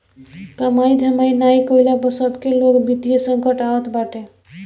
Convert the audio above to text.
कमाई धमाई नाइ कईला पअ सबके लगे वित्तीय संकट आवत बाटे